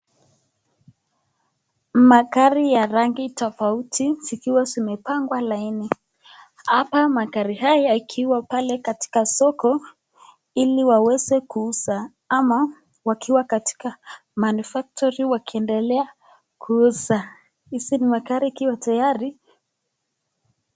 Magari ya rangi tofauti zikiwa zimepangwa kwa laini. Hapa magari haya iakiwa pale katika soko ili waeze kuuza ama wakiwa katika manufactory wakiendelea kuuza. Hizi ni magari ikiwa tayari.